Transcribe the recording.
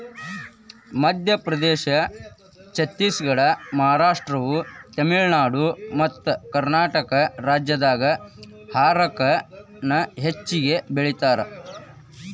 ಮಧ್ಯಪ್ರದೇಶ, ಛತ್ತೇಸಗಡ, ಮಹಾರಾಷ್ಟ್ರ, ತಮಿಳುನಾಡು ಮತ್ತಕರ್ನಾಟಕ ರಾಜ್ಯದಾಗ ಹಾರಕ ನ ಹೆಚ್ಚಗಿ ಬೆಳೇತಾರ